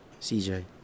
CJ